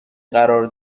قرار